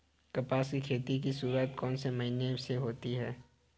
कपास की खेती की शुरुआत कौन से महीने से होती है?